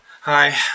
Hi